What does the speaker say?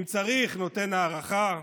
אם צריך, נותן הארכה,